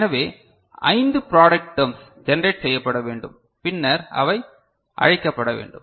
எனவே ஐந்து திருத்தம் ப்ராடெக்ட் டெர்ம்ஸ் ஜெனரேட் செய்யப்பட வேண்டும் பின்னர் அவை அழைக்கப்பட வேண்டும்